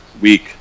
week